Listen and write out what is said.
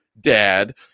dad